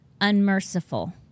unmerciful